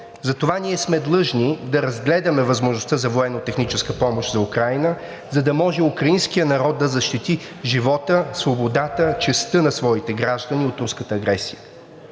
Затова ние сме длъжни да разгледаме възможността за военнотехническа помощ за Украйна, за да може украинският народ да защити живота, свободата, честта на своите граждани от руската агресия.